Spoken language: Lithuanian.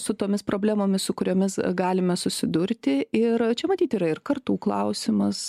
su tomis problemomis su kuriomis galime susidurti ir čia matyt yra ir kartų klausimas